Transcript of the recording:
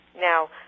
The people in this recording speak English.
Now